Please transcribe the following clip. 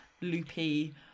loopy